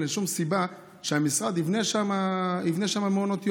אין שום סיבה שהמשרד יבנה מעונות יום.